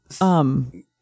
Um-